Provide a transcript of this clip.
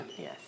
Yes